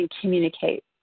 communicate